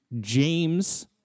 James